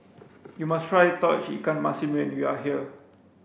you must try Tauge Ikan Masin when you are here